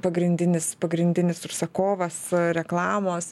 pagrindinis pagrindinis užsakovas reklamos